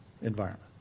environment